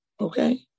okay